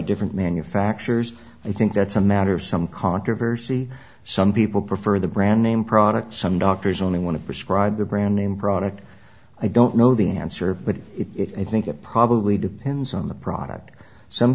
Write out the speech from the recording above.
different manufacturers i think that's a matter of some controversy some people prefer the brand name products some doctors only want to prescribe the brand name product i don't know the answer but it think it probably depends on the product some